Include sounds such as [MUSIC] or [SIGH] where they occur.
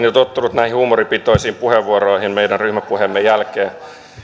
[UNINTELLIGIBLE] jo tottunut näihin huumoripitoisiin puheenvuoroihin meidän ryhmäpuheemme jälkeen